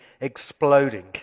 exploding